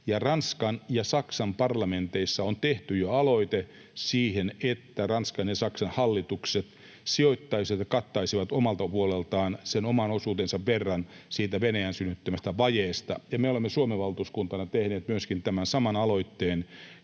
Ranskan ja Saksan parlamenteissa on tehty jo aloite siihen, että Ranskan ja Saksan hallitukset sijoittaisivat ja kattaisivat omalta puoleltaan sen oman osuutensa verran siitä Venäjän synnyttämästä vajeesta. Me olemme Suomen valtuuskuntana tehneet myöskin tämän saman aloitteen